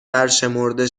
برشمرده